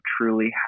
truly